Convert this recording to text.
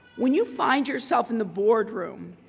when you find yourself in the board room,